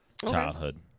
childhood